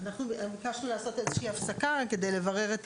ביקשנו לעשות הפסקה כדי לברר את